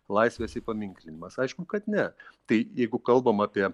laisvės įpaminklinamas aišku kad ne tai jeigu kalbam apie